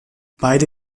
beide